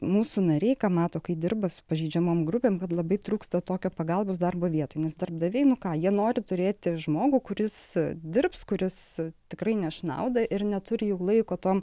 mūsų nariai ką mato kai dirba pažeidžiamom grupėm kad labai trūksta tokio pagalbos darbo vietų nes darbdaviai nu ką jie nori turėti žmogų kuris dirbs kuris tikrai neš naudą ir neturi jau laiko tom